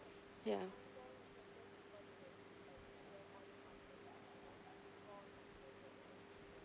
ya